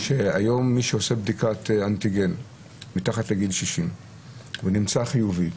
שהיום מי שעושה בדיקת אנטיגן מתחת לגיל 60 והוא נמצא חיובי,